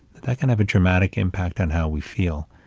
that can have a dramatic impact on how we feel.